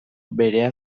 berea